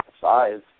size